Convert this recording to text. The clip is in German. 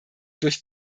durch